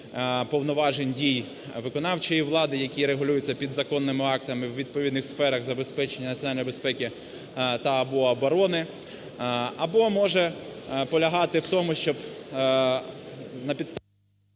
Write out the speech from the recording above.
повноважень дій виконавчої влади, які регулюються підзаконними актами у відповідних сферах забезпечення національної безпеки та/або оборони або може полягати в тому, щоб на підставі…